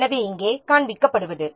எனவே இங்கே காண்பிக்கப்படுவது